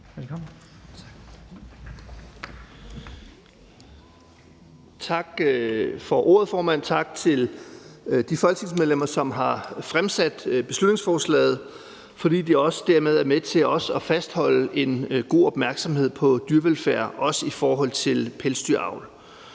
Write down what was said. Tak for ordet, formand. Tak til de folketingsmedlemmer, som har fremsat beslutningsforslaget, fordi de dermed også er med til at fastholde en god opmærksomhed på dyrevelfærd, også i forhold til pelsdyravl.